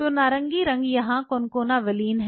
तो नारंगी रंग यहां कोनकाना वेलिन है